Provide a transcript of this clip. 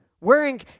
Wearing